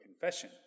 confession